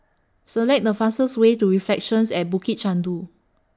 Select The fastest Way to Reflections At Bukit Chandu